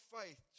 faith